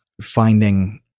finding